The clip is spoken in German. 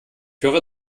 höre